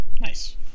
Nice